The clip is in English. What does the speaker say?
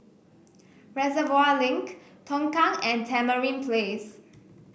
Reservoir Link Tongkang and Tamarind Place